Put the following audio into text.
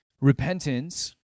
Repentance